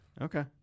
okay